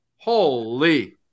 Holy